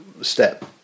step